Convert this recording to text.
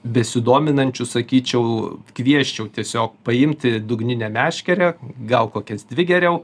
besidominančius sakyčiau kviesčiau tiesiog paimti dugninę meškerę gal kokias dvi geriau